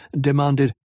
demanded